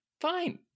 Fine